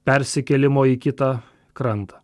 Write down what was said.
persikėlimo į kitą krantą